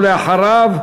ואחריו,